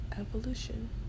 evolution